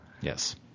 Yes